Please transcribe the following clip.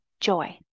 joy